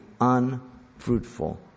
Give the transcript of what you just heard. unfruitful